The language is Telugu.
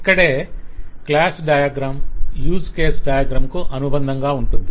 ఇక్కడే class diagram use case diagram కు అనుబంధంగా ఉంటుంది